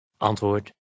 Antwoord